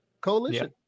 Coalition